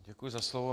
Děkuji za slovo.